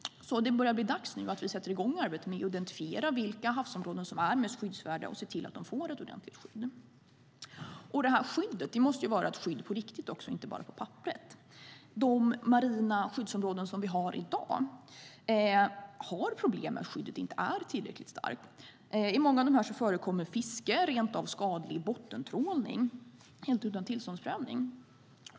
Det börjar nu bli dags att vi sätter i gång arbetet med att identifiera vilka havsområden som är mest skyddsvärda och ser till att de får ett ordentligt skydd. Och skyddet måste vara ett skydd på riktigt och inte bara på papperet. De marina skyddsområden som vi har i dag har problem med att skyddet inte är tillräckligt starkt. I många av dem förekommer fiske och rent av skadlig bottentrålning helt utan tillståndsprövning.